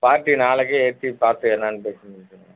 பார்ட்டியை நாளைக்கே எப்படி பார்த்து என்னன்னு பேசி முடிச்சிடலாம்